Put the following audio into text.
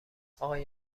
آقای